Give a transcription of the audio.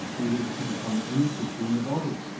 theory they could become any tissue in the body.